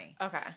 Okay